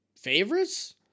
favorites